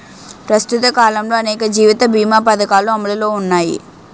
ప్రస్తుత కాలంలో అనేక జీవిత బీమా పధకాలు అమలులో ఉన్నాయి